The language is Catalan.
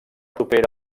propera